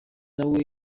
nawe